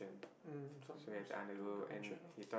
mm i was going to mention ah